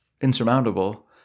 insurmountable